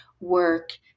work